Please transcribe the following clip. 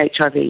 HIV